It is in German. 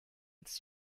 als